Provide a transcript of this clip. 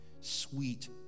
sweet